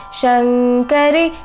shankari